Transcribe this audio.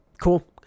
Cool